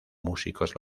músicos